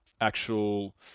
actual